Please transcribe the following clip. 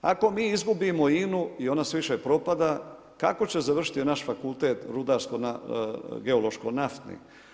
Ako mi izgubimo INA-u i ona sve više propada, kako će završiti naš fakultet rudarsko-geološko-naftni?